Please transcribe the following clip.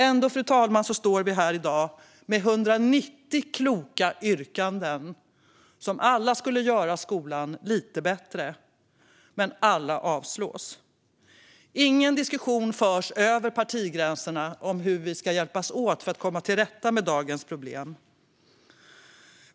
Fru talman! Vi står här i dag med 190 kloka yrkanden som alla skulle göra skolan lite bättre, men alla avslås. Ingen diskussion förs över partigränserna om hur vi ska hjälpas åt för att komma till rätta med dagens problem.